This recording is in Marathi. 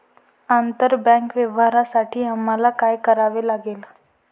आंतरबँक व्यवहारांसाठी आम्हाला काय करावे लागेल?